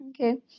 Okay